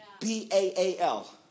B-A-A-L